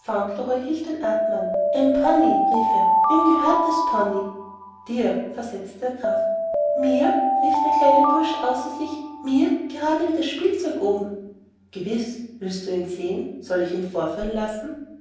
den atem an ein pony rief er wem gehört der pony dir versetzte der graf mir rief der kleine bursche außer sich mir gerade wie das spielzeug oben gewiß willst du ihn sehen soll ich ihn vorführen lassen